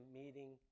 meeting